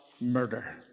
murder